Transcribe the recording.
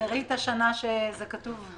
תראי את השנה שזה כתוב.